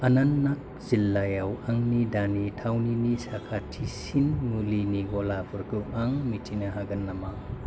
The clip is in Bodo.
अनन्तनाग जिल्लायाव आंनि दानि थावनिनि साखाथिसिन मुलिनि गलाफोरखौ आं मिथिनो हागोन नामा